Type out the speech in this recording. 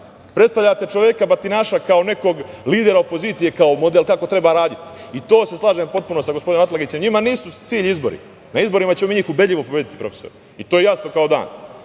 radite? Predstavljate čoveka, batinaša, kao nekog lidera opozicije, kao model kako treba raditi. To se slažem potpuno sa gospodinom Atlagićem, njima nisu cilj izbori. Na izborima ćemo mi njih ubedljivo pobediti, profesore, i to je jasno kao dan,